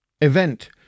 Event